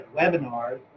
webinars